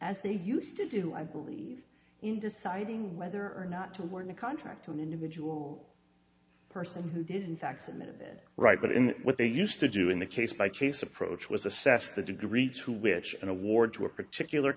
as they used to do i believe in deciding whether or not to award the contract to an individual person does in fact right but in what they used to do in the case by case approach was assess the degree to which an award to a particular